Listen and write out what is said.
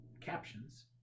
captions